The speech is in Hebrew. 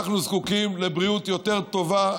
אנחנו זקוקים לבריאות יותר טובה.